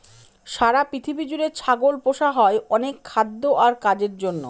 সারা পৃথিবী জুড়ে ছাগল পোষা হয় অনেক খাদ্য আর কাজের জন্য